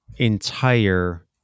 Entire